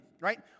right